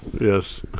Yes